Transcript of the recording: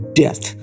death